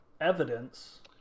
evidence